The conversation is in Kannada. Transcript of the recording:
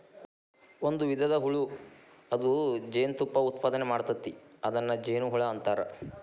ಒಂದು ವಿಧದ ಹುಳು ಅದ ಜೇನತುಪ್ಪಾ ಉತ್ಪಾದನೆ ಮಾಡ್ತತಿ ಅದನ್ನ ಜೇನುಹುಳಾ ಅಂತಾರ